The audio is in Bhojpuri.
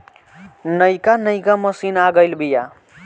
नइका नइका मशीन आ गइल बिआ